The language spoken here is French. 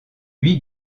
huit